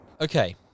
Okay